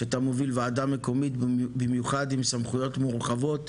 כשאתה מוביל וועדה מקומית במיוחד עם סמכויות מורחבות,